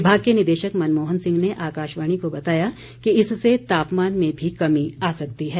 विभाग के निदेशक मनमोहन सिंह ने आकाशवाणी को बताया कि इससे तापमान में भी कमी आ सकती है